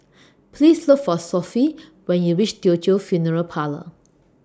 Please Look For Sophie when YOU REACH Teochew Funeral Parlour